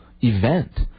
event